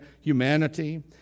humanity